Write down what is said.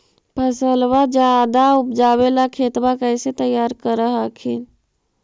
फसलबा ज्यादा उपजाबे ला खेतबा कैसे तैयार कर हखिन?